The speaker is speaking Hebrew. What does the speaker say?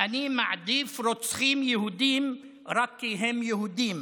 אני מעדיף רוצחים יהודים, רק כי הם יהודים,